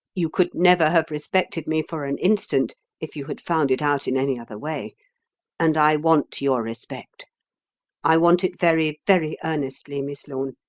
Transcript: you could never have respected me for an instant if you had found it out in any other way and i want your respect i want it very, very earnestly, miss lorne.